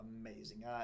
amazing